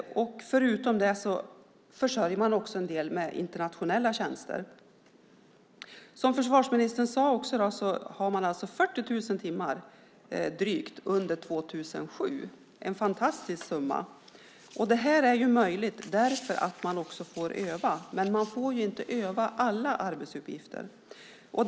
Förutom det deltar hemvärnet även med en del internationella tjänster. Som försvarsministern sade deltog hemvärnet med drygt 40 000 timmar under 2007, en fantastisk siffra. Den är möjlig eftersom de får öva, men de får inte öva sig i alla arbetsuppgifter.